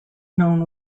known